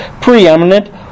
preeminent